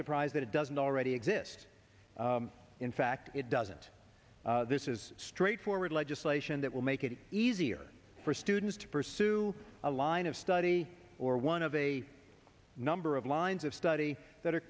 surprised that it doesn't already exist in fact it doesn't this is straightforward legislation that will make it easier for students to pursue a line of study or one of a number of lines of study that are